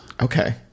okay